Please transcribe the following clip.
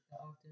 often